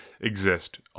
exist